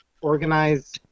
organize